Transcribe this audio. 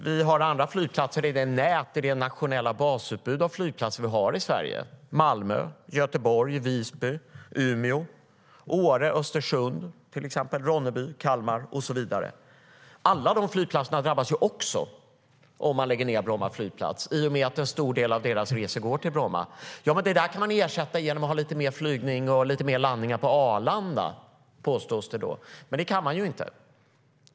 Vi har andra flygplatser i det nationella basutbud av flygplatser vi har i Sverige: Malmö, Göteborg, Visby, Umeå, Åre, Östersund, Ronneby, Kalmar och så vidare. Alla de flygplatserna drabbas också om man lägger ned Bromma flygplats, i och med att en stor del av deras resor går till Bromma. Det kan man ersätta genom att ha lite mer landningar på Arlanda, påstås det då. Men det kan man inte.